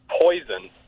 poison